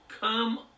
come